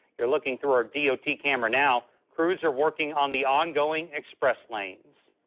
you're looking through our d o t. camera now. crews are working on the ongoing express lanes.